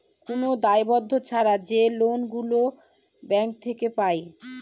কোন দায়বদ্ধ ছাড়া যে লোন গুলো ব্যাঙ্ক থেকে পায়